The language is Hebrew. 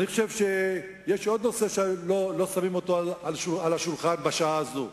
אני חושב שיש עוד נושא שלא שמים על השולחן בשעה הזאת.